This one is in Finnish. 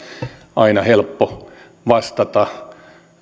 aina helppo vastata